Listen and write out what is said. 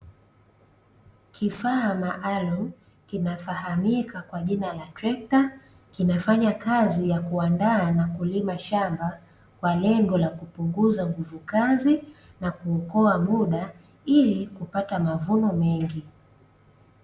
Kifaa maalumu kinafahamika kwa jina la trekta, kinafanya kazi ya kuandaa na kulima shamba, kwa lengo la kupunguza nguvu kazi, na kuokoa muda, ili kupata mavuno mengi.